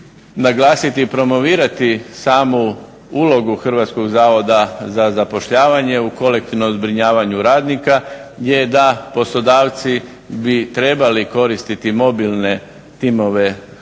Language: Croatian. naglasiti i promovirati samu ulogu Hrvatskog zavoda za zapošljavanje u kolektivnom zbrinjavanju radnika je da poslodavci bi trebali koristiti mobilne timove Hrvatskog